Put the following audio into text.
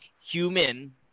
human